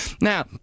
Now